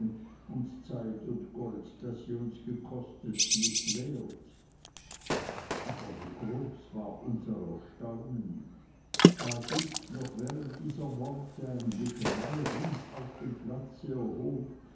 und zeit und gold die sie uns gekostet nicht wert aber wie groß war unser erstaunen da sich noch während dieser worte ein geschrei rings auf dem platze erhob